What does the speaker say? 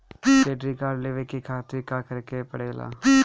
Credit card लेवे के खातिर का करेके पड़ेला?